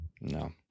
No